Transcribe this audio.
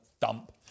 dump